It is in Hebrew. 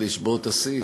לשבור את השיא.